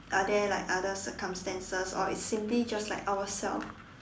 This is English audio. are there like other circumstances or it's simply just like ourselves